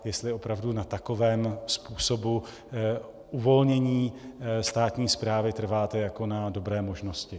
Jestli opravdu na takovém způsobu uvolnění státní správy trváte jako na dobré možnosti.